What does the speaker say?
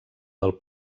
del